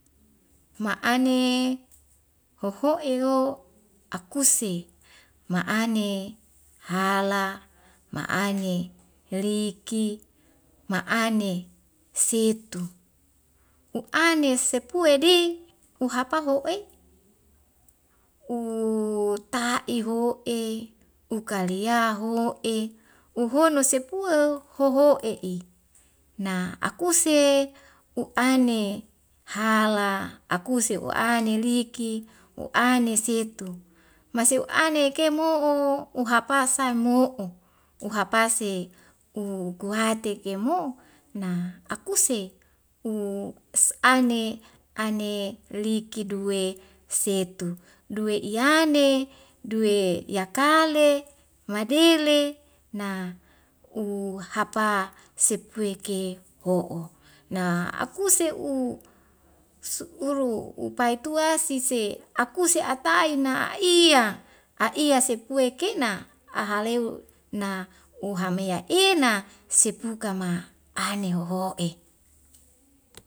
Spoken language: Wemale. Ma'ane hoho'e o akuse ma'ane hala ma'ane liki ma'ane setu u'ane sepue di uhapaho e u ta'i ho'e ukali yaho e uhono sepueu hoho'ei na akuse u'ane hala akuse u'ane liki u'ane setu mase u'ane eke mo'o u hapasai mo'o uhapase u kuhate ke mo akuse u es a'ane a'ane liki duwe setu duwe iyane duwe yakale madeile na uhapa setpueke ho'o na akuse u su uru u paitua sise akuse ataina a'iya a'iya sepue kena ahaleu na ohamea ena sepukama ane hoho'e